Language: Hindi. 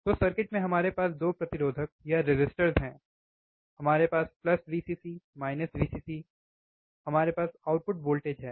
तो सर्किट में हमारे पास दो प्रतिरोधक हैं हमारे पास Vcc Vcc या Vee हमारे पास आउटपुट वोल्टेज है